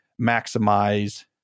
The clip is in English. maximize